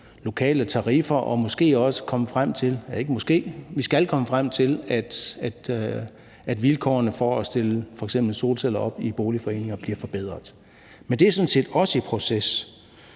lokale tariffer, og vi skal komme frem til, at vilkårene for at stille f.eks. solceller op i boligforeninger bliver forbedret. Men det er sådan set også i proces;